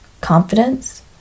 Confidence